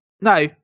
No